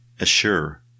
assure